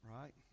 Right